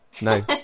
No